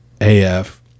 af